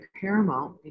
paramount